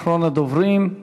אחרון הדוברים.